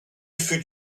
fut